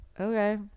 okay